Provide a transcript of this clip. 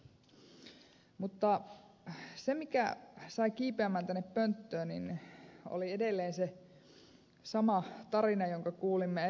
mutta se mikä sai kiipeämään tänne pönttöön oli edelleen se sama tarina jonka kuulimme ed